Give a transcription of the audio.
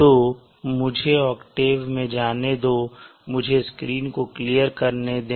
तो मुझे ऑक्टेव में जाने दो और मुझे स्क्रीन को क्लियर करने दें